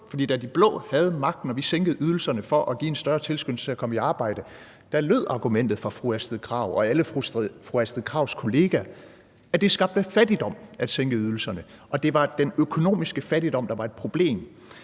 da de blå havde magten og vi sænkede ydelserne for at give en større tilskyndelse til at komme i arbejde, lød argumentet fra den nuværende socialminister og alle ministerens kollegaer, at det skabte fattigdom at sænke ydelserne, og at det var den økonomiske fattigdom, der var et problem.